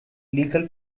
legal